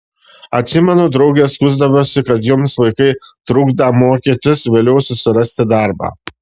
atsimenu draugės skųsdavosi kad joms vaikai trukdą mokytis vėliau susirasti darbą